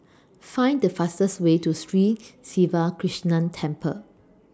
Find The fastest Way to Sri Siva Krishna Temple